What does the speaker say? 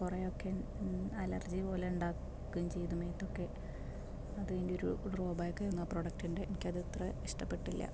കുറെയൊക്കെ അല്ലർജി പോലെ ഉണ്ടായേക്കാം ചെയ്തു മേത്തൊക്കെ അത് അയിൻ്റെ ഒരു ഡ്രോബാക്കായിരുന്നു ആ പ്രോഡക്റ്റിൻ്റെ എനിക്ക് അത് അത്ര ഇഷ്ട്ടപ്പെട്ടില്ല